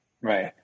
Right